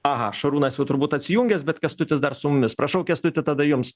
aha šarūnas jau turbūt atsijungęs bet kęstutis dar su mumis prašau kęstuti tada jums